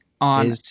on